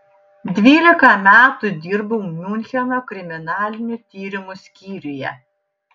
dvylika metų dirbau miuncheno kriminalinių tyrimų skyriuje